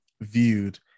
viewed